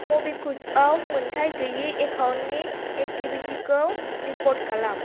मबिकुविकआव मोनथाय गैयि एकाउन्टनि एक्टिभिटिखौ रिपर्ट खालाम